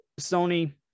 Sony